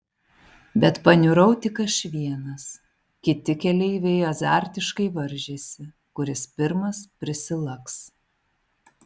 bet paniurau tik aš vienas kiti keleiviai azartiškai varžėsi kuris pirmas prisilaks